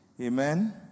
amen